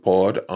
Pod